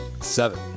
Seven